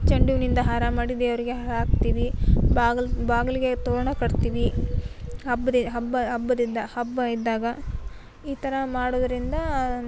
ಚೆಂಡು ಹೂವಿನಿಂದ ಹಾರ ಮಾಡಿ ದೇವರಿಗೆ ಹಾಕ್ತೀವಿ ಬಾಗ್ಲು ಬಾಗಿಲಿಗೆ ತೋರಣ ಕಟ್ತೀವಿ ಹಬ್ಬ ದಿ ಹಬ್ಬ ಹಬ್ಬದಿಂದ ಹಬ್ಬ ಇದ್ದಾಗ ಈ ಥರ ಮಾಡುವುದರಿಂದ